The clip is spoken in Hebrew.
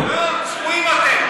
צבועים.